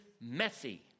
messy